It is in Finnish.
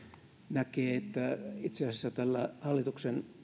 näkee että itse asiassa tällä hallituksen